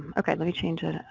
let me change